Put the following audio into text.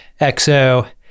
XO